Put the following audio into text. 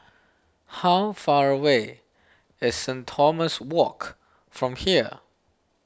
how far away is Saint Thomas Walk from here